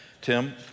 Tim